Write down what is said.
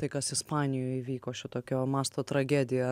tai kas ispanijoj įvyko šitokio masto tragedija